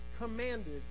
commanded